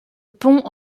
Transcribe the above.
pont